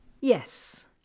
Yes